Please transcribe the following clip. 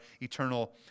eternal